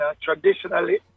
traditionally